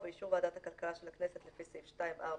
ובאישור ועדת הכלכלה של הכנסת לפי סעיף 2(ב)